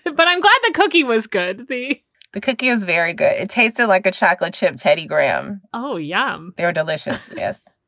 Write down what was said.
but i'm glad the cookie was good be the cookie was very good. it tasted like a chocolate chip. teddy graham. oh, yum. they were delicious. yes.